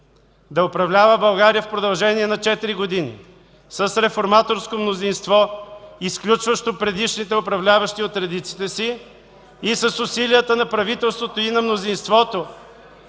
да управлява България в продължение на четири години, с реформаторско мнозинство, изключващо предишните управляващи от редиците си, и с усилията на правителството и на мнозинството